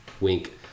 Wink